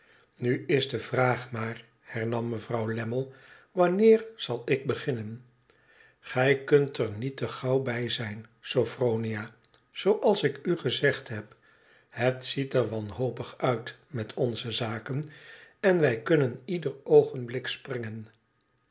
nu is de vraag maar hernam mevrouw lammie wanneer zal ik beginnen gij kunt er niet te gauw bij zijn sophronia zooals ik u gezegd heb het ziet er wanhopig uit met onze zaken en wij kunnen ieder oogenblik springen